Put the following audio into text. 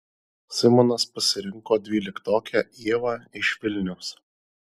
simonas pasirinko dvyliktokę ievą iš vilniaus